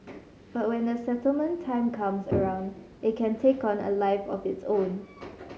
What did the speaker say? but when the settlement time comes around it can take on a life of its own